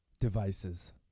devices